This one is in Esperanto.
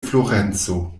florenco